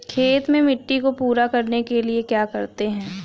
खेत में मिट्टी को पूरा करने के लिए क्या करते हैं?